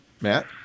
Matt